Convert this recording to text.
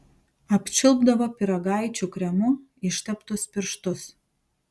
apčiulpdavo pyragaičių kremu išteptus pirštus